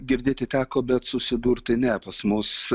girdėti teko bet susidurti ne pas mus